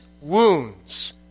wounds